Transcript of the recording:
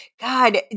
God